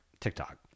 TikTok